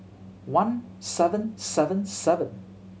one seven seven seven